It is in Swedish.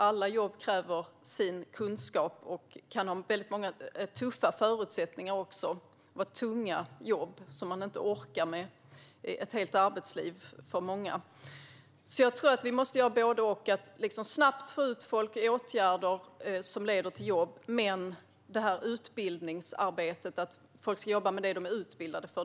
Alla jobb kräver sin kunskap och en del har väldigt tuffa förutsättningar - tunga jobb som många inte orkar med under ett helt arbetsliv. Jag tror att det krävs både och, att snabbt få ut folk i åtgärder som leder till jobb och att folk ska få jobba med det som de är utbildade för.